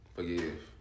Forgive